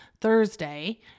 Thursday